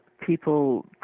people